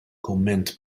kumment